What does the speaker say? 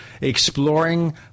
exploring